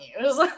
news